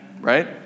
Right